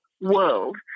world